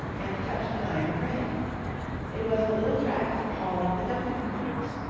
and touched an iron rail it was the little track for hauling the dumping-cars.